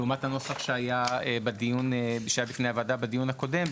לעומת הנוסח שהיה בפני הוועדה בדיון הקודם.